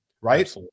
right